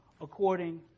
according